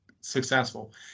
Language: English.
successful